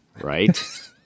Right